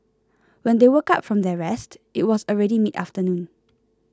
when they woke up from their rest it was already midafternoon